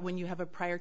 when you have a prior